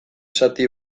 zati